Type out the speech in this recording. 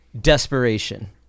desperation